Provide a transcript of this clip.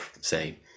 say